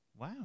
Wow